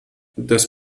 das